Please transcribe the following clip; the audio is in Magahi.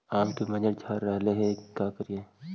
आम के मंजर झड़ रहले हे का करियै?